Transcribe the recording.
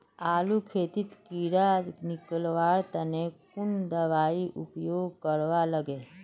आलूर खेतीत कीड़ा निकलवार तने कुन दबाई उपयोग करवा लगे?